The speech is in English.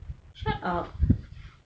shut up